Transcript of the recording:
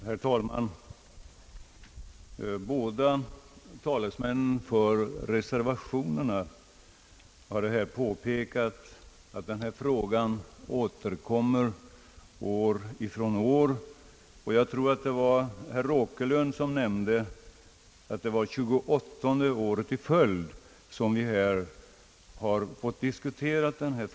Herr talman! De båda talesmännen för reservationerna har påpekat att denna fråga återkommer år från år — jag tror det var herr Åkerlund som nämnde att det nu är tjugoåttonde året i följd som den diskuteras här.